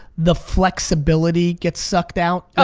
the flexibility gets sucked out?